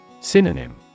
Synonym